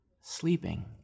sleeping